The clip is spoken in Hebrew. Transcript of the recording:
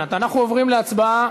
נולדה בעקבות מחלה קשה של בעלי,